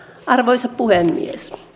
arvoisa puhemies